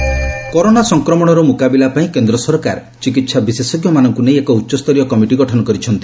government committee corona corona ସଂକ୍ରମଣର ମୁକାବିଲା ପାଇଁ କେନ୍ଦ୍ର ସରକାର ଚିକିତ୍ସା ବିଶେଷଜ୍ଞମାନଙ୍କ ନେଇ ଏକ ଉଚ୍ଚସ୍ତରୀୟ କମିଟି ଗଠନ କରିଛନ୍ତି